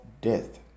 death